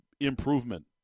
improvement